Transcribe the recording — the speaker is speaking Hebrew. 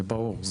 זה ברור.